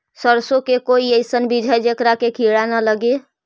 सरसों के कोई एइसन बिज है जेकरा में किड़ा न लगे?